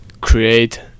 create